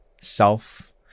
self